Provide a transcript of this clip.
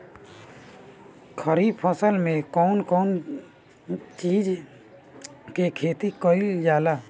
खरीफ फसल मे कउन कउन चीज के खेती कईल जाला?